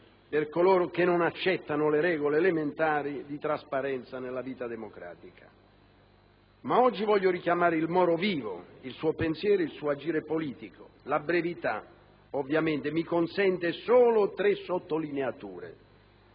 per coloro che non accettano le regole elementari di trasparenza nella vita democratica. Ma oggi voglio richiamare il Moro vivo, il suo pensiero e il suo agire politico. La brevità mi consente solo tre sottolineature.